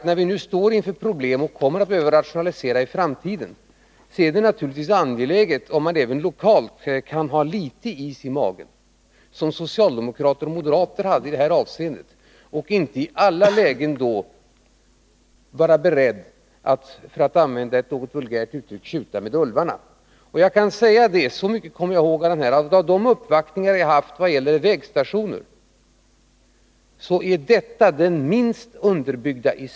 När vi nu står inför problem och kommer att behöva rationalisera i framtiden, är det naturligtvis angeläget om man även lokalt kan ha litet is i magen, som socialdemokrater och moderater hade i det här ärendet, och inte ialla lägen är beredd att — för att använda ett något vulgärt uttryck — tjuta med ulvarna. Jag kan säga — så mycket kommer jag ihåg — att av de uppvaktningar jag har haft vad gäller vägstationer är detta den i sak minst underbyggda.